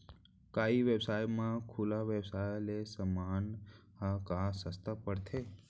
का ई व्यवसाय म खुला व्यवसाय ले समान ह का सस्ता पढ़थे?